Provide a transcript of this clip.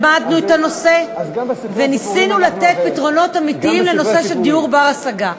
למדנו את הנושא וניסינו לתת פתרונות אמיתיים לנושא של דיור בר-השגה.